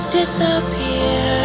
disappear